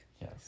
Yes